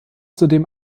zudem